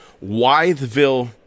Wytheville